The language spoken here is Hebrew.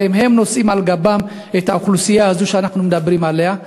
והרי הם נושאים על גבם את האוכלוסייה הזאת שאנחנו מדברים עליה.